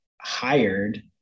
hired